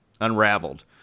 unraveled